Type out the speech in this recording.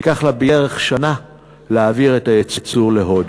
ייקח לה בערך שנה להעביר את הייצור להודו,